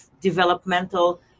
developmental